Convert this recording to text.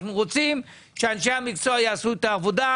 אנחנו רוצים שאנשי המקצוע יעשו את העבודה;